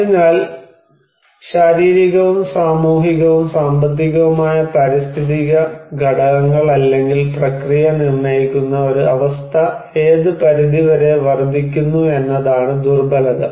അതിനാൽ ശാരീരികവും സാമൂഹികവും സാമ്പത്തികവുമായ പാരിസ്ഥിതിക ഘടകങ്ങൾ അല്ലെങ്കിൽ പ്രക്രിയ നിർണ്ണയിക്കുന്ന ഒരു അവസ്ഥ ഏത് പരിധി വരെ വർദ്ധിക്കുന്നു എന്നതാണ് ദുർബലത